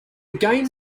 game